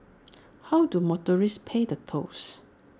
how do motorists pay the tolls